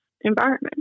environment